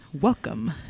welcome